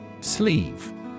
Sleeve